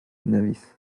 nevis